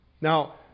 Now